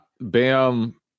Bam